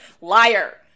Liar